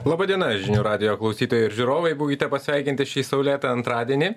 laba diena žinių radijo klausytojai ir žiūrovai būkite pasveikinti šį saulėtą antradienį